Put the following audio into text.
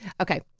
Okay